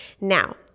Now